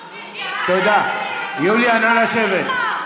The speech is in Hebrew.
יוליה, נא לשבת.